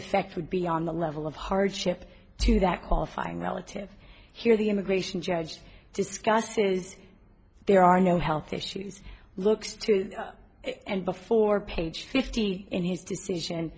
effect would be on the level of hardship to that qualifying relative here the immigration judge discusses there are no health issues looks through and before page fifty in his decision